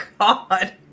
God